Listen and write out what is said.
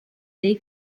dei